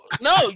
no